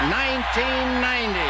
1990